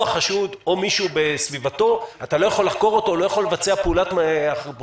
לא יכול לחקור את החשוד או מישהו בסביבתו או לא יכול לבצע פעולה אחרת,